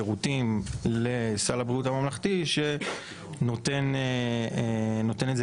שירותים לסל הבריאות הממלכתי שנותן את זה